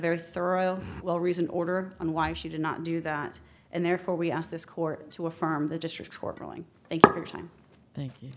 very thorough well reasoned order on why she did not do that and therefore we asked this court to affirm the district court ruling thank